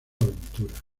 aventura